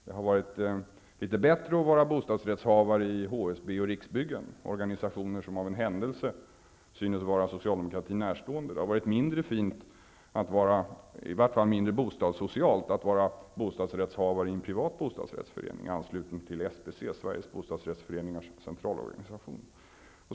Det har varit litet bättre att vara bostadsrättshavare i HSB och Riksbyggen, organisationer som av en händelse synes vara Det har varit mindre fint -- i vart fall mindre bostadssocialt -- att vara bostadsrättshavare i en privat bostadsrättsförening, ansluten till SBC, Sveriges bostadsrättsföreningars centralorganisation.